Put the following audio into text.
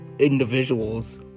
individuals